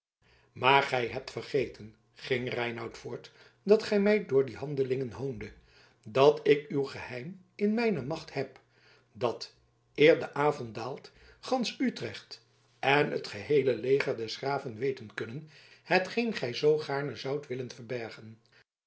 maar gij hebt vergeten ging reinout voort dat gij mij door die handelingen hoondet dat ik uw geheim in mijne macht heb dat eer de avond daalt gansch utrecht en het geheele leger des graven weten kunnen hetgeen gij zoo gaarne zoudt willen verbergen